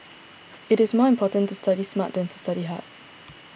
it is more important to study smart than to study hard